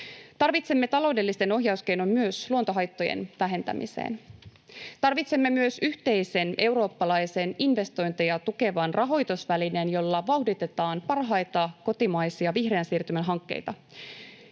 Tarvitsemme taloudellisen ohjauskeinon myös luontohaittojen vähentämiseen. Tarvitsemme myös yhteisen eurooppalaisen investointeja tukevan rahoitusvälineen, jolla vauhditetaan parhaita kotimaisia vihreän siirtymän hankkeita.